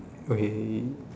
okay